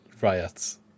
riots